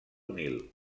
nil